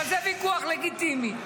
אבל זה ויכוח לגיטימי.